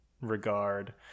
regard